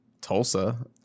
Tulsa